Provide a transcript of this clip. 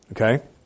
Okay